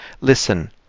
Listen